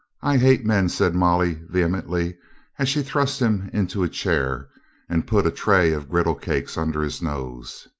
i hate men, said molly vehemently as she thrust him into a chair and put a tray of gridle cakes under his nose.